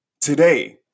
Today